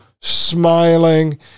smiling